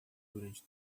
durante